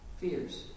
fears